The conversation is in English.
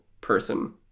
person